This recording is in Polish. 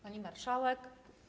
Pani Marszałek!